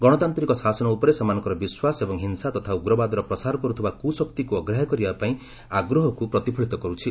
ଗଣତାନ୍ତ୍ରିକ ଶାସନ ଉପରେ ସେମାନଙ୍କର ବିଶ୍ୱାସ ଏବଂ ହିଂସା ତଥା ଉଗ୍ରବାଦର ପ୍ରସାର କରୁଥିବା କୁଶକ୍ତିକୁ ଅଗ୍ରାହ୍ୟ କରିବା ପାଇଁ ଆଗ୍ରହକୁ ପ୍ରତିଫଳିତ କରୁଛି